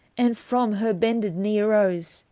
and from her bended knee arose,